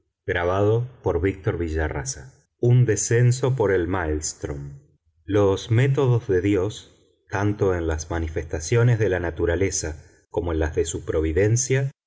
monstruo dentro de la tumba un descenso por el maelstrm los métodos de dios tanto en las manifestaciones de la naturaleza como en las de su providencia